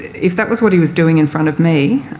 if that was what he was doing in front of me,